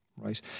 right